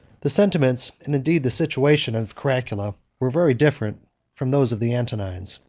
the sentiments, and, indeed, the situation, of caracalla were very different from those of the antonines.